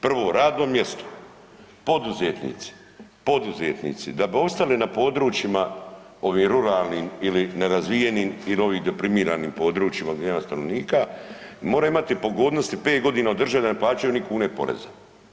Prvo radno mjesto, poduzetnici, poduzetnici, da bi ostali na područjima ovim ruralnim ili nerazvijenim ili ovim deprimiranim područjima gdje nema stanovnika, nema imati pogodnosti 5 godina da državi ne plaćaju ni kune poreza.